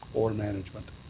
or management.